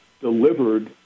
delivered